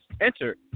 Enter